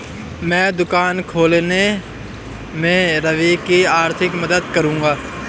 मैं दुकान खोलने में रवि की आर्थिक मदद करूंगा